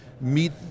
meet